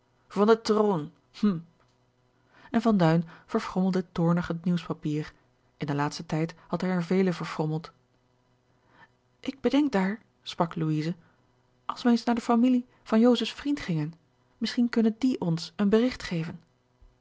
van den troon hm george een ongeluksvogel en van duin verfrommelde toornig het nieuwspapier in den laatsten tijd had hij er vele verfrommeld ik bedenk daar sprak louise als wij eens naar de familievan joseph's vriend gingen misschien kunnen die ons een berigt geven